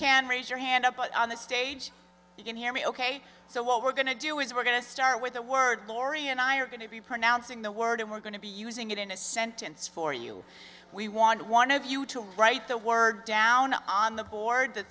can raise your hand up on the stage you can hear me ok so what we're going to do is we're going to start with the word lori and i are going to be pronouncing the word and we're going to be using it in a sentence for you we want one of you to write the word down on the board th